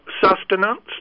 sustenance